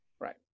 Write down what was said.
right